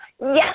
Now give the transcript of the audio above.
yes